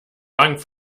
bank